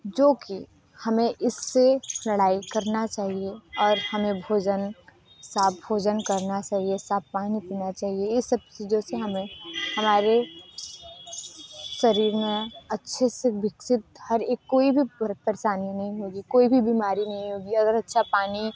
जो कि हमें इससे लड़ाई करना चाहिए और हमें भोजन साफ भोजन करना चाहिए साफ पानी पीना चाहिए यह सब चीज़ों से हमें हमारे शरीर में अच्छे से विकसित हर एक कोई भी परेशानी नहीं होगी कोई भी बीमारी नहीं होगी अगर अच्छा पानी